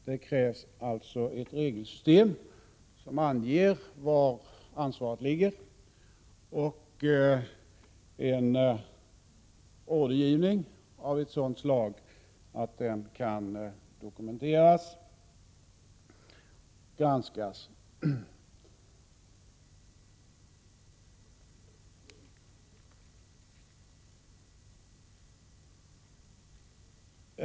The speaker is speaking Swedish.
Det krävs alltså ett regelsystem som anger var ansvaret ligger och en ordergivning som är av ett sådant slag att den kan dokumenteras och granskas.